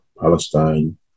Palestine